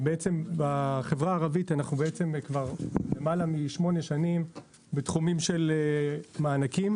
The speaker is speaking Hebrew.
בחברה הערבית אנחנו בעצם למעלה משמונה שנים בתחומים של מענקים.